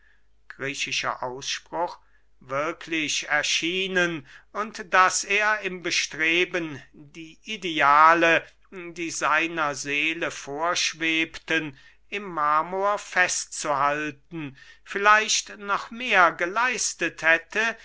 und daß er im bestreben die ideale die seiner seele vorschwebten im marmor festzuhalten vielleicht noch mehr geleistet hätte